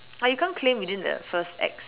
like you can't claim within the first X